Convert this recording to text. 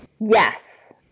Yes